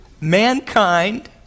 mankind